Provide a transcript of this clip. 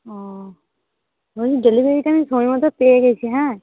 ও বলছি ডেলিভারিটা আমি সময় মতো পেয়ে গিয়েছি হ্যাঁ